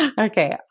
Okay